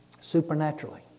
Supernaturally